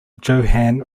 johan